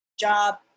job